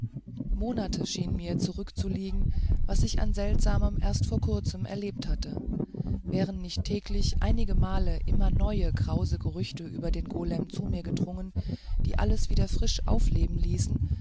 monate schien mir zurückzuliegen was ich an seltsamem erst vor kurzem erlebt hatte und wären nicht täglich einigemal immer neue krause gerüchte über den golem zu mir gedrungen die alles wieder frisch aufleben ließen